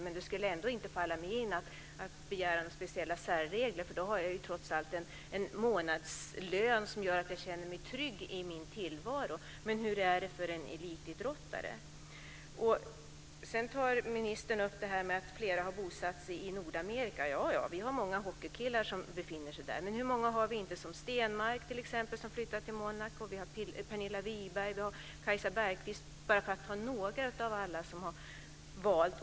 Men det skulle inte falla mig in att begära några särregler, för jag har trots allt en månadslön som gör att jag känner mig trygg i min tillvaro. Men hur är det för en elitidrottare? Ministern säger att flera har bosatt sig i Nordamerika. Ja, vi har många hockeykillar som befinner sig där. Men hur många har vi inte som har flyttat till andra länder? Vi har t.ex. Stenmark som flyttade till Monaco, och Pernilla Wiberg och Kajsa Bergqvist, för att nämna några som har valt att lämna Sverige.